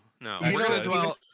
no